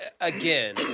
again